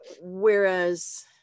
whereas